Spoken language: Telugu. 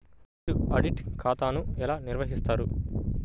మీరు ఆడిట్ ఖాతాను ఎలా నిర్వహిస్తారు?